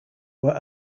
were